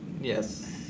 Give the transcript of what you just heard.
Yes